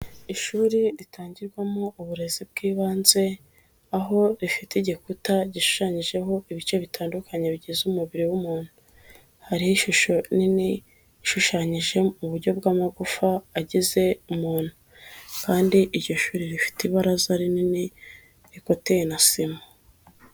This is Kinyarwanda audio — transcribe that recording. Ishuri ritangirwamo uburezi bw'ibanze; aho rifite igikuta gishushanyijeho ibice bitandukanye bigize umubiri w'umuntu. Hariho ishusho nini ishushanyije mu buryo bw'amagufa agize umuntu kandi iryo shuri rifite ibaraza rinini rikoteye na sima.